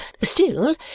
Still